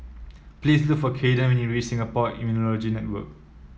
please look for Caden when you reach Singapore Immunology Network